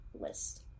list